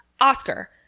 Oscar